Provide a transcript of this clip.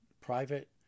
private